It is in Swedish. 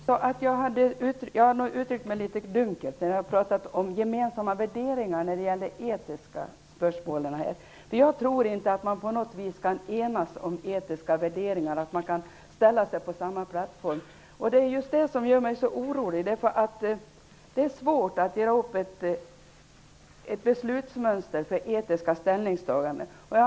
Herr talman! Jag uttryckte mig nog litet dunkelt, Annika Åhnberg, när jag talade om gemensamma värderingar i etiska spörsmål. Jag tror inte att man på något vis kan enas om etiska värderingar och ställa sig på samma plattform. Det är just det som gör mig så orolig. Det är svårt att göra ett beslutsmönster för etiska ställningstaganden.